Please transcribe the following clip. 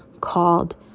called